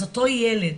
אז אותו ילד